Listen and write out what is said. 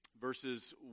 verses